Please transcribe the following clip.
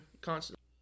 constantly